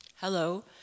Hello